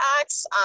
acts